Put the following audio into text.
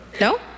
No